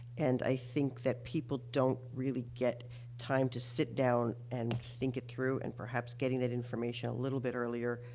and i think that people don't really get time to sit down and think it through, and perhaps getting that information a little bit earlier,